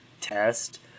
test